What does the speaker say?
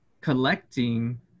collecting